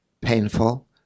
painful